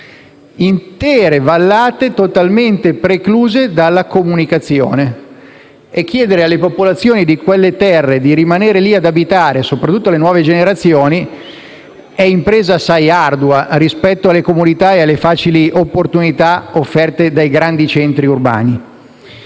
intere vallate totalmente precluse dalla comunicazione. Chiedere alle popolazioni di quelle terre di rimanervi ad abitare, soprattutto alle nuove generazioni, è un'impresa assai ardua rispetto alle comodità e alle facili opportunità offerte dai grandi centri urbani.